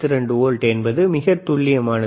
92 volt என்பது மிகத் துல்லியமானது